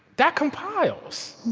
that compiles.